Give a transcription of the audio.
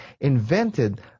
invented